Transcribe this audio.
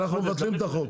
אנחנו מבטלים את החוק.